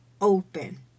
open